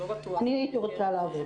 אני הייתי רוצה לעבוד.